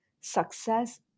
success